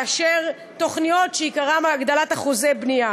כבר מקובל שטחי תעשייה.